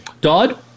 Dodd